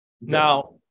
Now